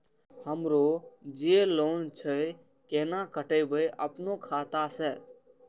हमरो जे लोन छे केना कटेबे अपनो खाता से?